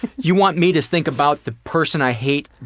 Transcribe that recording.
you want me to think about the person i hate.